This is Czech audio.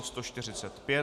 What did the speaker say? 145.